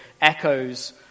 echoes